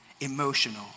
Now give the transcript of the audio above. emotional